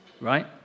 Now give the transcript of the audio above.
Right